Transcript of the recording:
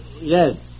Yes